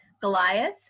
Goliath